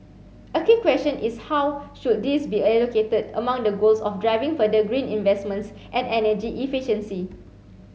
a key question is how should these be allocated among the goals of driving further green investments and energy efficiency